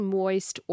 moist